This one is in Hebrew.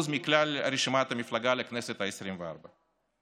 מכלל רשימת המפלגה לכנסת העשרים-וארבע.